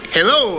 Hello